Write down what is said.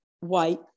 white